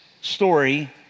story